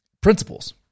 principles